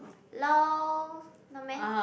lol not meh